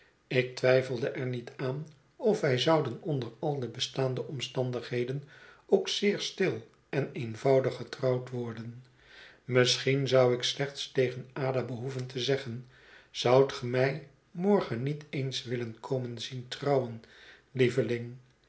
ik twijfelde er niet aan of wij zouden onder al de bestaande omstandigheden ook zeer stil en eenvoudig getrouwd worden misschien zou ik slechts tegen ada behoeven te zeggen zoudt ge mij morgen niet eens willen komen zien trouwen lieveling